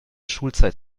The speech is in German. schulzeit